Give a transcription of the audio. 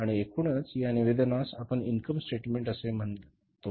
आणि एकूणच या निवेदनास इन्कम स्टेटमेंट असे म्हटले जाते